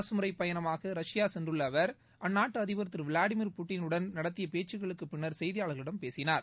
அரசுமுறை பயணமாக ரஷ்யா சென்றுள்ள அவர் அந்நாட்டு அதிபர் திரு விளாடிமிர் புட்டினுடன் நடத்திய பேச்சுக்களுக்கு பின்னர் செய்தியாளர்களிடம் அவர் பேசினார்